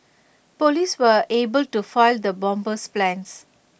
Police were able to foil the bomber's plans